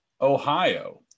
Ohio